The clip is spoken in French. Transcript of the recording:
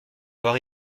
avoir